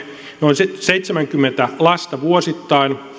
noin seitsemänkymmentä lasta vuosittain